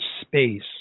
space